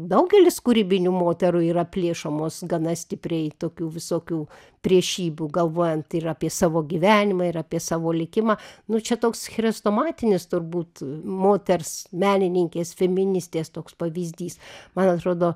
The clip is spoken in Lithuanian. daugelis kūrybinių moterų yra plėšomos gana stipriai tokių visokių priešybių galvojant ir apie savo gyvenimą ir apie savo likimą nuo čia toks chrestomatinis turbūt moters menininkės feministės toks pavyzdys man atrodo